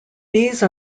these